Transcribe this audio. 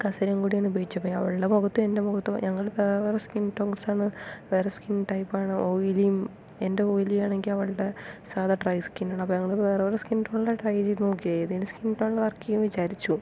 കസിനും കൂടിയാണ് ഉപയോഗിച്ചത് പിന്നെ അവളുടെ മുഖത്തും എൻ്റെ മുഖത്തും ഞങ്ങൾ വേറെ വേറെ സ്കിൻ ടോൺസ് ആണ് വേറെ സ്കിൻ ടൈപ്പ് ആണ് ഓയിലി എൻ്റെ ഓയിലി ആണെങ്കിൽ അവളുടെ സാധാ ഡ്രൈ സ്കിന്നാണ് അപ്പം ഞങ്ങൾ വേറെ വേറെ സ്കിൻ ടോണിൽ ആണ് ട്രൈ ചെയ്തു നോക്കിയത് ഏതേലും സ്കിൻ ടോണിൽ വർക്ക് ചെയ്യുമെന്ന് വിചാരിച്ചു